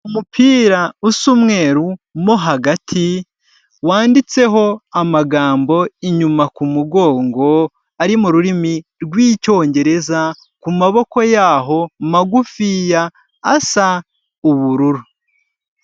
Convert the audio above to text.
Umupira usa umweru mo hagati, wanditseho amagambo inyuma ku mugongo, ari mu rurimi rw'Icyongereza, ku maboko yaho magufi, ya asa ubururu.